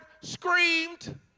screamed